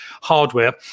hardware